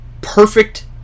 perfect